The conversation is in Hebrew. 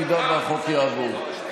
אם החוק יעבור.